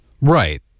Right